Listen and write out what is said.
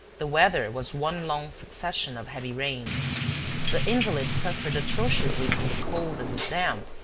the weather was one long succession of heavy rains the invalid suffered atrociously from the cold and the damp,